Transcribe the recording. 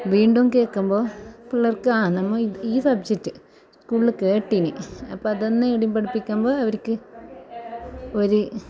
വീണ്ടും കേൾക്കുമ്പോൾ പിള്ളേർക്ക് ആ നമ്മൾ ഈ സബ്ജെക്റ്റ് ഫുള്ള് കേട്ടിനി അപ്പം അത് തന്നെ ഇവിടേയും പഠിപ്പിക്കുമ്പം അവർക്ക് ഒരു